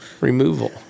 Removal